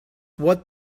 what